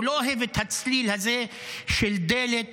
הוא לא אוהב את הצליל הזה של דלת